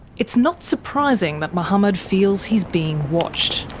it's not surprising that mohammed feels he's being watched.